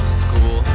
school